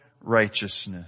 righteousness